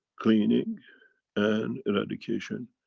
cleaning and eradication,